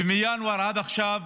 ומינואר עד עכשיו